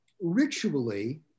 ritually